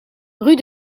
rue